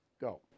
Go